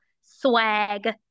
swag